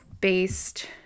based –